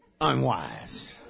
Unwise